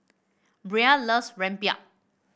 Bria loves rempeyek